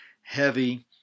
heavy